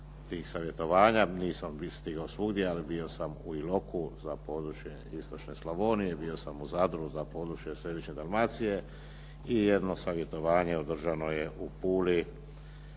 tih savjetovanja. Nisam stigao svugdje ali bio sam u Iloku za područje istočne Slavonije, bio sam u Zadru za područje središnje Dalmacije i jedno savjetovanje održano je u Puli